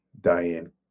Diane